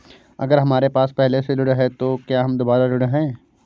अगर हमारे पास पहले से ऋण है तो क्या हम दोबारा ऋण हैं?